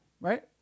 right